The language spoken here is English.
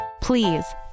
Please